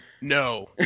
No